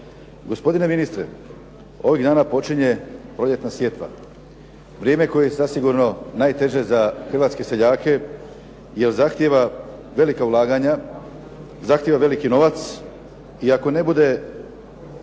Gospodine ministre, ovih dana počinje proljetna sjetva, vrijeme koje je zasigurno najteže za hrvatske seljake jer zahtijeva velika ulaganja, zahtjeva veliki novac i ako ne bude